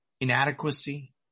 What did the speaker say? Inadequacy